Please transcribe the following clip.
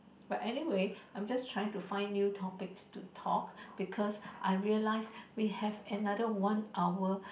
but anywhere I'm just trying to find new topics to talk because I realize we have another one hour